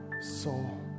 soul